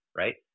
right